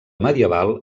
medieval